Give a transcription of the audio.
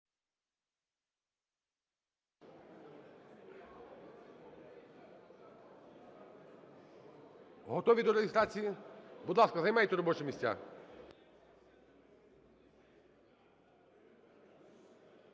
Готові до реєстрації? Будь ласка, займайте робочі місця.